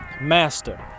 Master